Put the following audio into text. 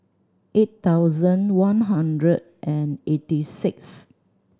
eight thousand one hundred and eighty six